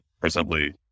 Presently